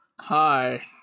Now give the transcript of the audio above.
Hi